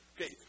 Okay